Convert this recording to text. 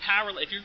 parallel